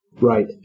right